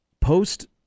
post